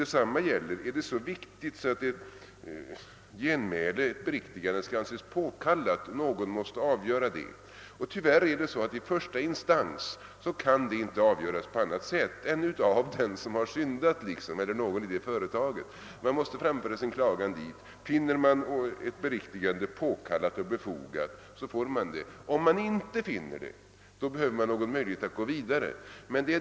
Detsamma gäller frågan om den felaktiga uppgiften är så betydelsefull att ett genmäle, ett beriktigande, måste anses påkallat — någon måste avgöra det. I första instans kan det tyvärr inte avgöras av någon annan än den som har syndat eller av någon i det företaget. Finner denne ett beriktigande påkallat får man det också. Om så inte är fallet behöver man en möjlighet att gå vidare.